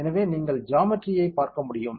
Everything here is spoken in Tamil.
எனவே நீங்கள் ஜாமெட்ரியை பார்க்க முடியும்